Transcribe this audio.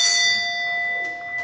Hvad er det